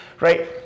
right